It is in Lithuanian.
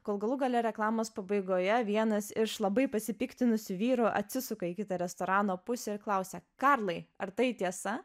kol galų gale reklamos pabaigoje vienas iš labai pasipiktinusių vyrų atsisuka į kitą restorano pusę ir klausia karlai ar tai tiesa